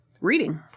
reading